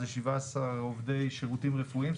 זה 17 עובדי שירותים רפואיים.